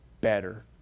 better